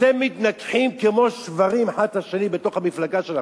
אבל אתם מתנגחים כמו שוורים אחד בשני במפלגה שלכם.